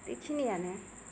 बेखिनियानो